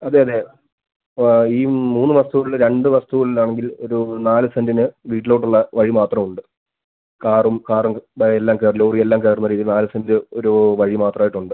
അതെ അതെ ആ ഈ മൂന്ന് വസ്തുവിൽ രണ്ട് വസ്തുവിലാണെങ്കില് ഒരു നാല് സെൻറ്റിന് വീട്ടിലോട്ടുള്ള വഴി മാത്രമുണ്ട് കാറും കാറുണ്ട് ദാ എല്ലാം കയറി ലോറിയെല്ലാം കയറുന്ന രീതി നാല് സെൻറ്റ് ഒരു വഴി മാത്രമായിട്ടുണ്ട്